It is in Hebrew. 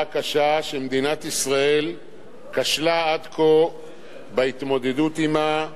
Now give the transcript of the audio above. קשה שמדינת ישראל כשלה עד כה בהתמודדות עמה,